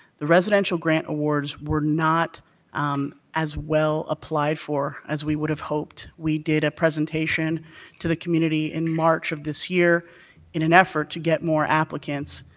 the residential grant awards were not um as well applied for as we would have hoped. we did a presentation to the community in march of this year in an effort to get more applicants,